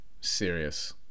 serious